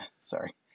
sorry